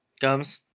Gums